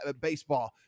baseball